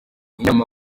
inama